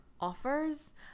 offers